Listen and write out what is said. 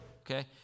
Okay